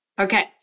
Okay